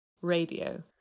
Radio